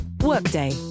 Workday